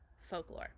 Folklore